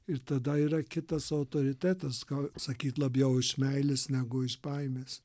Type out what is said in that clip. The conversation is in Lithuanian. ir tada yra kitas autoritetas ką sakyt labiau iš meilės negu iš baimės